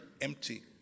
empty